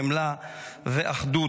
חמלה ואחדות.